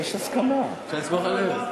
מזכה הרבים.